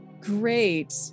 Great